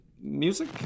music